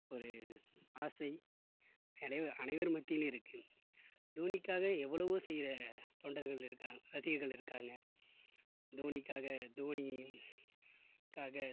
ஒரு ஆசை அனைவர் அனைவர் மத்தியிலும் இருக்கு தோனிக்காக எவ்ளவோ செய்ற தொண்டர்கள் இருக்காங்க ரசிகர்கள் இருக்காங்க தோனிக்காக தோனி